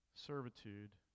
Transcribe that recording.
Servitude